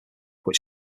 which